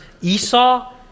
Esau